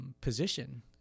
position